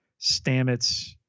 Stamets